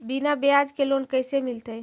बिना ब्याज के लोन कैसे मिलतै?